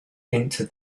into